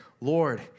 Lord